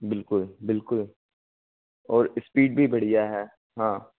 बिल्कुल बिल्कुल और इस्पीड भी बढ़िया है हाँ